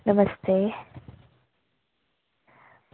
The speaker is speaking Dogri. नमस्ते